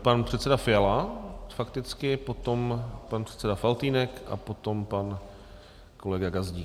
Pan předseda Fiala fakticky, potom pan předseda Faltýnek a potom pan kolega Gazdík.